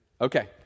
Okay